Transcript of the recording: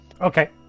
Okay